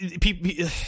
People